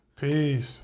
peace